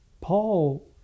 Paul